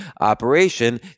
operation